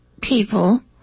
people